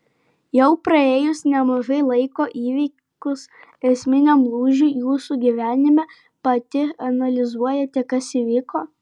jau praėjus nemažai laiko įvykus esminiam lūžiui jūsų gyvenime pati analizuojate kas įvyko